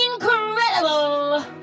incredible